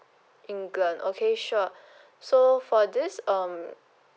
england okay sure so for this um